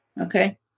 Okay